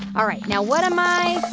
all right. now what am i